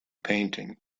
painting